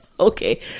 Okay